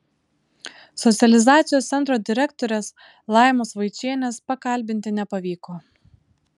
socializacijos centro direktorės laimos vaičienės pakalbinti nepavyko